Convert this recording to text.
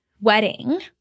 wedding